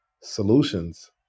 solutions